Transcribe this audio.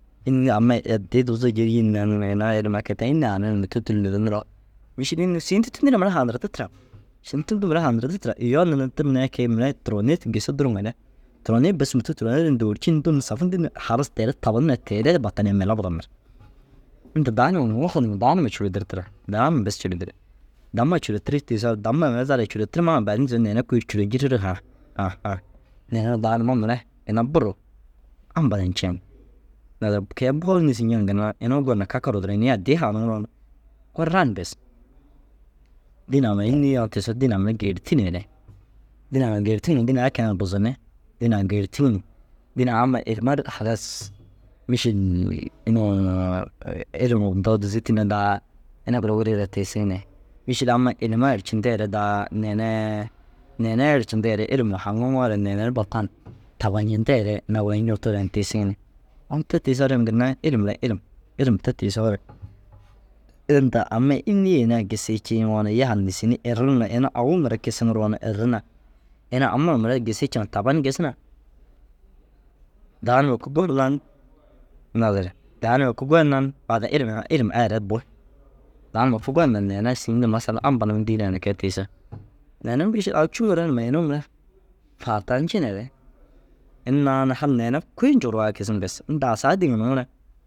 Înni? Amai addii duuzu jii ru yîn na ilim ai kee tar înni haraniŋ mûto tûlur niniroo. Mîšil înni na šîin nu tûnti na mire haranirdi tira. Šîin nu tûntuu mire haanirdi tira iyoo nir ni tir ni ai kee mire turonii ru gisu duruŋare turonii bes mûto ri ni dôorci ni dun ni safun dîn nu halas teere tabanir ŋa re teere i batan ni mire buranir. Inta dau numa muhu numa dau numa cûro dir tira. Dau numa bes cûro dir. Dau ma cûro tirii tiisoore dama mire zal ai cûro tirimaa baadin tiisoo neere kui ru cûro jiririg haa. Haa haa neere na dau numa mire ina buru ampa na nceŋ. Naazire ke- i bor nîsi ñiŋa ginna ru inuu gon na kakaruu duro inii addii haaniŋiroo na gon ran bes. Dînaa mire inii yoona tiisoo dînaa mire kêrtineere dînaa na gêrtiŋi dînaa ai keene ru buzunni. Dînaa gêrtiŋi ni dînaa amma ihimar halas mîšil ilimuu ndoo zîtine daa ina gura wuri gire tiisig ni. Mîšil amma ilima ercindeere daa neene ru ercinteere ilima haŋiŋoore neere ru batan tabañinteere ina gura ñuutigire na tiisig ni. Au te tiisoore ginnai ilim mire iilm. Ilim te tiisoore ilim inta amai înnii ini ai gisii cii yiŋoo na yaa ru nîsinni erru ini au- u mire kisiŋiroo na eri na ini ama ŋa mire gisii ciŋa taban gis na daa numa kûi gon nan. Naazire daa numa kûi gon nan ilim ai ilim ai re bu. Daa numa kûi gon na neere sîin nu mašala ampa num dîre kee tiise. Neere mîšil au cûŋu ranima inuu mire faatañcineere ini naana hal neere kui ncuwurugaa kisiŋ bes ini daa saga dîŋa nuu na